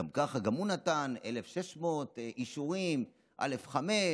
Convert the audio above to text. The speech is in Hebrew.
גם ככה נתן 1,600 אישורים א5,